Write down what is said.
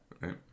right